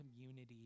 community